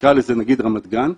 נקרא לזה רמת גן,